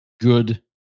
good